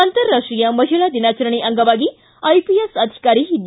ಅಂತಾರಾಷ್ಟೀಯ ಮಹಿಳಾ ದಿನಾಚರಣೆ ಅಂಗವಾಗಿ ಐಪಿಎಸ್ ಅಧಿಕಾರಿ ಡಿ